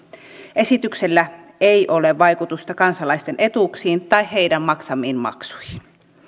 esityksellä ei ole vaikutusta kansalaisten etuuksiin tai heidän maksamiinsa maksuihin